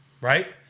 right